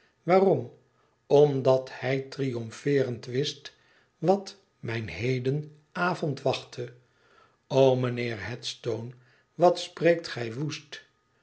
waarom omdat hij triomfeerend wist wat mij heden avond wachtte lo mijnheer headstone wat spreekt gij woest